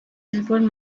elbowed